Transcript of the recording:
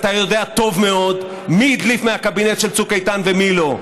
אתה יודע טוב מאוד מי הדליף מהקבינט של צוק איתן ומי לא.